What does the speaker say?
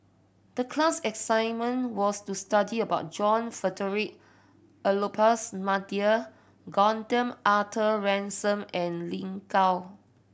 the class assignment was to study about John Frederick Gordon Arthur Ransome and Lin Gao